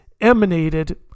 emanated